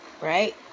right